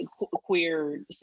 queer